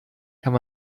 kann